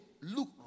look